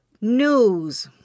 news